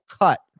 Cut